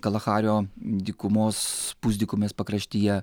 kalahario dykumos pusdykumės pakraštyje